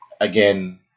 again